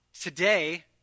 today